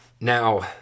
Now